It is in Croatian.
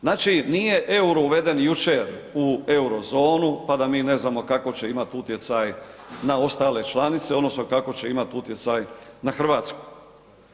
Znači nije EUR-o uveden jučer u euro zonu pa da mi ne znamo kako će imati utjecaj na ostale članice odnosno kako će imati utjecaj na Hrvatsku.